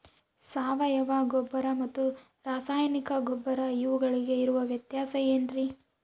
ಸಾವಯವ ಗೊಬ್ಬರ ಮತ್ತು ರಾಸಾಯನಿಕ ಗೊಬ್ಬರ ಇವುಗಳಿಗೆ ಇರುವ ವ್ಯತ್ಯಾಸ ಏನ್ರಿ?